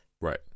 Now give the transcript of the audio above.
Right